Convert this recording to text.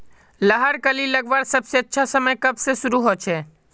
लहर कली लगवार सबसे अच्छा समय कब से शुरू होचए?